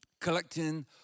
collecting